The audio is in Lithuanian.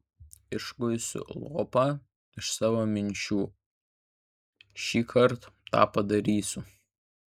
išguisiu lopą iš savo minčių šįkart tą padarysiu